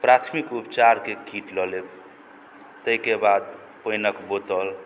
प्राथमिक उपचारके कीट लऽ लेब ताहिके बाद पानिक बोतल